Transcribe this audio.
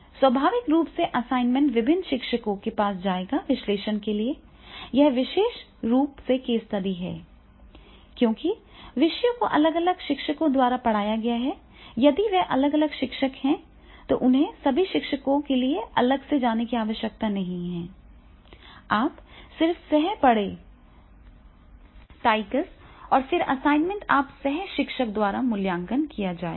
स्वाभाविक रूप से असाइनमेंट विभिन्न शिक्षकों के पास जाएगा विश्लेषण के लिए यह विशेष रूप से केस स्टडी है क्योंकि विषयों को अलग अलग शिक्षकों द्वारा पढ़ाया गया है यदि वे अलग अलग शिक्षक हैं तो उन्हें सभी शिक्षकों के लिए अलग से जाने की आवश्यकता नहीं है आप सिर्फ सह पढ़ें टाइकर्स और फिर असाइनमेंट आपके सह शिक्षक द्वारा मूल्यांकन किया जाएगा